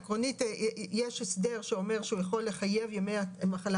עקרונית יש הסדר שאומר שהוא יכול לחייב ימי מחלה